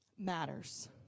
matters